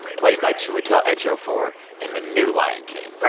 played by chiwetel ejiofor in the new lion king. right.